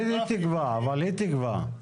אבל היא תקבע.